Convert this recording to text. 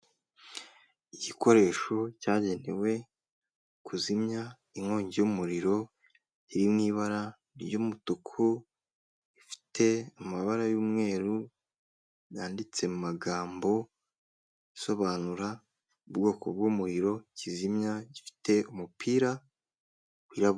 Igikoresho cyagenewe kuzimya inkongi y'umuriro, iri mu ibara ry'umutuku ifite amabara y'umweru yanditse mu magambo isobanura ubwoko bw'umuriro kizimya gifite umupira wirabura.